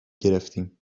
گرفتیم